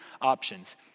options